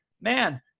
man